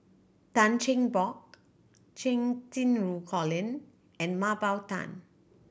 Tan Cheng Bock Cheng Xinru Colin and Mah Bow Tan